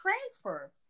transfer